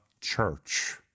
church